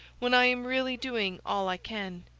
when i am really doing all i can.